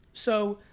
so,